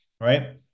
Right